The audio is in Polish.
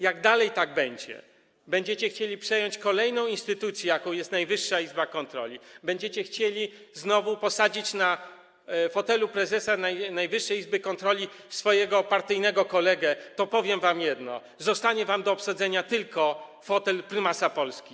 Jak dalej tak będzie, jeśli będziecie chcieli przejąć kolejną instytucję, jaką jest Najwyższa Izba Kontroli, będziecie chcieli znowu posadzić na fotelu prezesa Najwyższej Izby Kontroli swojego partyjnego kolegę, to powiem wam jedno: Zostanie wam do obsadzenia tylko fotel prymasa Polski.